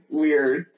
weird